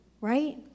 Right